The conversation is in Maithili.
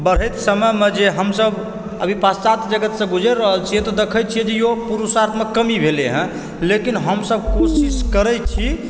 बढ़ैत समयमऽ जे हमसभ अभी पाशचात्य जगतसँ गुजरि रहल छियै तऽ देखैत छियै यहो पुरुषार्थमऽ कमी भेलय हँ लेकिन हमसभ कोशिश करैत छी